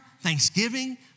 thanksgiving